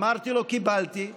אמרתי לו: קיבלתי,